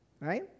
right